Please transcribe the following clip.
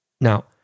Now